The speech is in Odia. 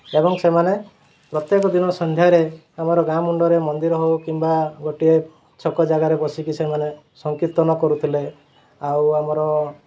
ଏବଂ ସେମାନେ ପ୍ରତ୍ୟେକ ଦିନ ସନ୍ଧ୍ୟାରେ ଆମର ଗାଁ ମୁଣ୍ଡରେ ମନ୍ଦିର ହେଉ କିମ୍ବା ଗୋଟିଏ ଛକ ଜାଗାରେ ବସିକି ସେମାନେ ସଂକୀର୍ତ୍ତନ କରୁଥିଲେ ଆଉ ଆମର